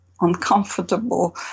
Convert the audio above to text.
uncomfortable